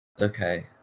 Okay